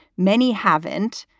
many haven't.